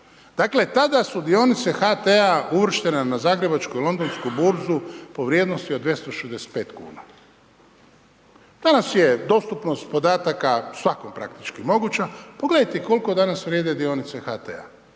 Dakle, tada su dionice HT-a uvrštene na zagrebačku i londonsku burzu po vrijednosti od 265 kuna. Danas je dostupnost podataka svakom praktički moguća. Pogledajte koliko danas vrijede dionice HT-a.,